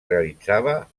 realitzava